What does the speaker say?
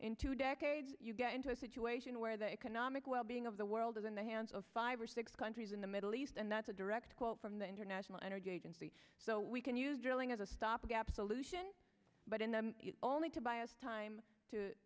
in two decades you get into a situation where the economic well being of the world is in the hands of five or six countries in the middle east and that's a direct quote from the international energy agency so we can use drilling as a stopgap solution but in the only to buy us time to